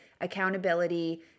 accountability